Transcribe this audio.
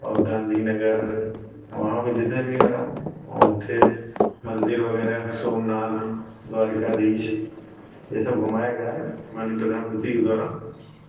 और गाँधी नगर वहाँ पर जितने भी थे मंदिर वगैरह सोमनाथ द्वारिकाधीश यह सब घुमाया गया माननीय प्रधानमंत्री के द्वारा